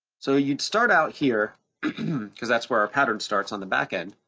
so you'd start out here cause that's where our pattern starts on the back end,